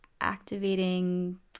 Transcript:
activating